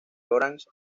orange